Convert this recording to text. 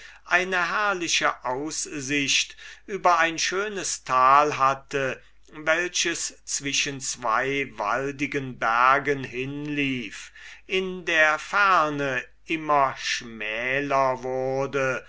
eine ganz herrliche aussicht über ein schönes tal hatte welches zwischen zween waldigten bergen hinlief in der ferne immer schmäler wurde